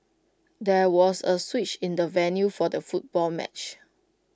there was A switch in the venue for the football match